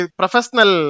professional